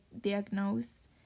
diagnose